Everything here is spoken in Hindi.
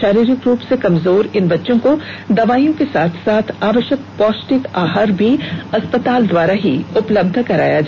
शारीरिक रूप से कमजोर इन बच्चों को दवाइयों के साथ साथ आवश्यक पौष्टिक आहार भी अस्पताल द्वारा ही उपलब्ध कराया जाता है